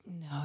No